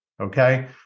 okay